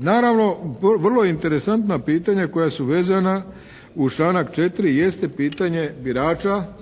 Naravno, vrlo interesantna pitanja koja su vezana uz članak 4. jeste pitanje birača